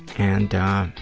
and